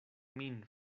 min